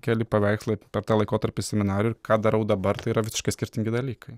keli paveikslai per tą laikotarpį seminarijoj ir ką darau dabar tai yra visiškai skirtingi dalykai